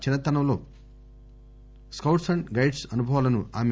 చిన్నతనంలో తన scouts and guides అనుభవాలను ఆమె